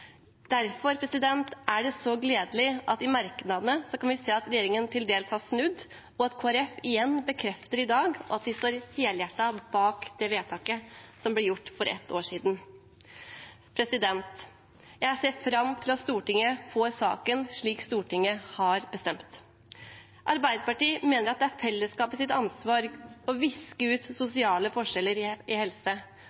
Derfor er det så gledelig at vi i merknadene kan se at regjeringen til dels har snudd, og at Kristelig Folkeparti igjen bekrefter i dag at de står helhjertet bak det vedtaket som ble gjort for et år siden. Jeg ser fram til at Stortinget får saken slik Stortinget har bestemt. Arbeiderpartiet mener at det er fellesskapets ansvar å viske ut